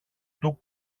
του